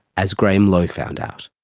as graham lowe found out.